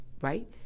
right